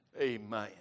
Amen